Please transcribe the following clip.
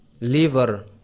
Liver